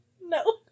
No